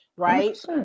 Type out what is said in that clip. Right